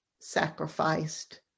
sacrificed